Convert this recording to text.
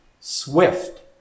Swift